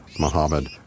Muhammad